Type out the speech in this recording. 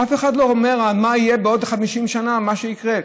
אף אחד לא אומר מה יהיה בעוד 50 שנה, מה יקרה.